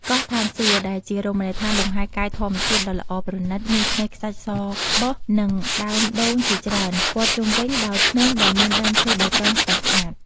កោះឋានសួគ៌ ដែលជារមណីយដ្ឋានលំហែកាយធម្មជាតិដ៏ល្អប្រណិត មានឆ្នេរខ្សាច់សក្បុស និងដើមដូងជាច្រើន ព័ទ្ធជុំវិញដោយភ្នំដែលមានដើមឈើបៃតង ស្រស់ស្អាត។